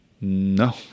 No